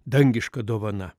dangiška dovana